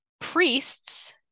priests